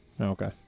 Okay